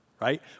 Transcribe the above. right